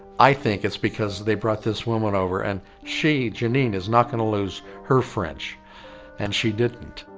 i think it's because they brought this woman over and she janine is not going to lose her french and she didn't.